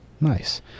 nice